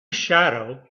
shadow